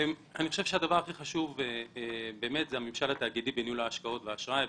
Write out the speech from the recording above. הדבר הכי חשוב זה הממשל התאגידי בניהול ההשקעות וגם האשראי,